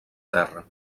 terra